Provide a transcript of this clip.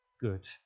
good